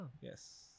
yes